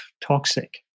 toxic